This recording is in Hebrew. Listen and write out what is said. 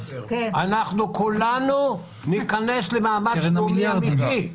כולנו ניכנס למאמץ לאומי אמיתי.